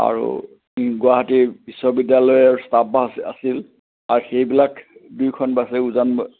আৰু গুৱাহাটীৰ বিশ্ববিদ্যালয়ৰ ষ্টাফ বাছ আছিল আৰু সেইবিলাক দুয়োখন বাছেই উজান